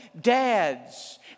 dads